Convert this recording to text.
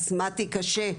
אסטמתי קשה.